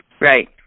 right